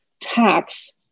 tax